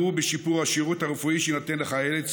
בשיפור השירות הרפואי שיינתן לחיילי צה"ל,